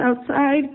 outside